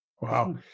wow